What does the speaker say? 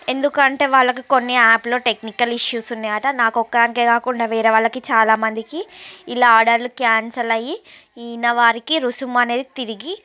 ఎందుకంటే వాళ్ళకి కొన్ని యాప్ లో టెక్నికల్ ఇష్యూస్ ఉన్నాయట నాకొక్కదాంకే కాకుండా వేరే వాళ్ళకి చాలా మందికి ఇలా ఆర్డర్లు క్యాన్సిల్ అయ్యి ఈన వారికి రుసుము అనేది తిరిగి